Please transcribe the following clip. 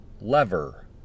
lever